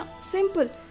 Simple